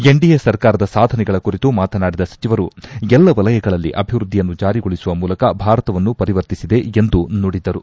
NDA ಸರ್ಕಾರದ ಸಾಧನೆಗಳ ಕುರಿತು ಮಾತನಾಡಿದ ಸಚಿವರು ಎಲ್ಲ ವಲಯಗಳಲ್ಲಿ ಅಭಿವೃದ್ದಿಯನ್ನು ಜಾರಿಗೊಳಿಸುವ ಮೂಲಕ ಭಾರತವನ್ನು ಪರಿವರ್ತಿಸಿದೆ ಎಂದು ನುಡಿದರು